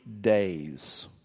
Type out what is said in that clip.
days